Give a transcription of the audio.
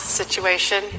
situation